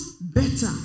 better